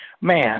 Man